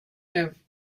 have